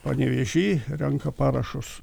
panevėžy renka parašus